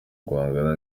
guhangana